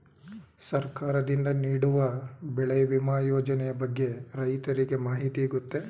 ಸರ್ಕಾರದಿಂದ ನೀಡುವ ಬೆಳೆ ವಿಮಾ ಯೋಜನೆಯ ಬಗ್ಗೆ ರೈತರಿಗೆ ಮಾಹಿತಿ ಗೊತ್ತೇ?